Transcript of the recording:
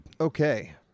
Okay